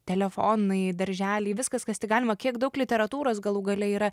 telefonai darželiai viskas kas tik galima kiek daug literatūros galų gale yra